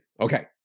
Okay